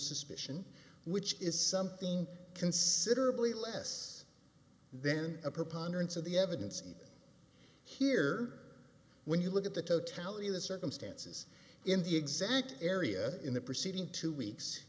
suspicion which is something considerably less then a preponderance of the evidence here when you look at the totality of the circumstances in the exact area in the proceeding two weeks